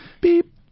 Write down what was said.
Beep